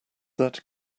that